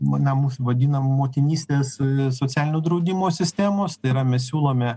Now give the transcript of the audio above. na mūsų vadinamą motinystės socialinio draudimo sistemos tai yra mes siūlome